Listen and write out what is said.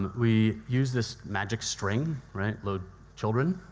we use this magic string, load children,